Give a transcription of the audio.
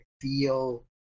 feel